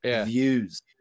views